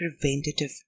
preventative